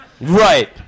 Right